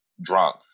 drunk